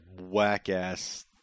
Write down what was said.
whack-ass